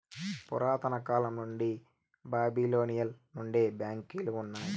పురాతన కాలం నుండి బాబిలోనియలో నుండే బ్యాంకులు ఉన్నాయి